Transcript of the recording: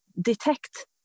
detect